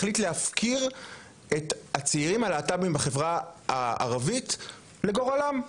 החליט להפקיר את הצעירים הלהט״בים בחברה הערבית לגורלם.